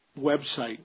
website